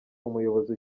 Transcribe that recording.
umuyobozi